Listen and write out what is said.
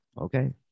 Okay